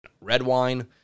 Redwine